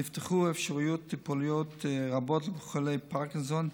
נפתחו אפשרויות טיפוליות רבות לחולי פרקינסון,